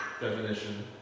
definition